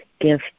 give